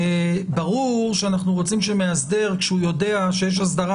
ברור שאנחנו רוצים שכשמאסדר יודע שיש אסדרה